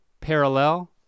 parallel